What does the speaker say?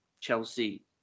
Chelsea